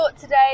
today